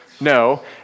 no